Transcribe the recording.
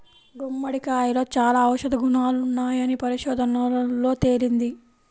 గుమ్మడికాయలో చాలా ఔషధ గుణాలున్నాయని పరిశోధనల్లో తేలింది